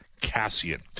Cassian